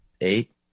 Eight